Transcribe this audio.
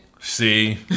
See